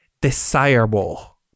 desirable